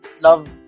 Love